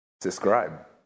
Subscribe